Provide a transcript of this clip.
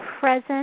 present